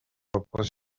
repose